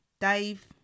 Dave